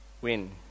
win